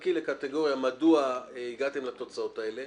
תחלקי לקטגוריות מדוע הגעתם לתוצאות האלה.